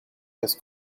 his